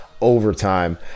overtime